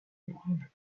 épreuve